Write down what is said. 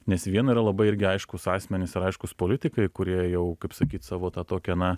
nes viena yra labai irgi aiškūs asmenys ir aiškūs politikai kurie jau kaip sakyt savo tą tokią na